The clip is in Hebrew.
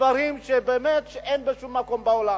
דברים שבאמת אין בשום מקום בעולם.